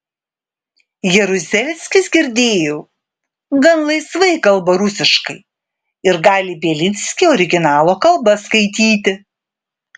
jaruzelskis girdėjau gan laisvai kalba rusiškai ir gali bielinskį originalo kalba skaityti